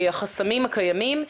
החסמים הקיימים,